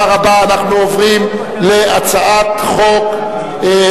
היום הקואליציה מגלה רחבות לב.